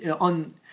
on